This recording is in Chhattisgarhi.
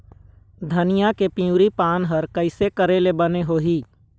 धनिया के पिवरी पान हर कइसे करेले बने होही?